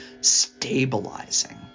stabilizing